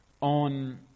on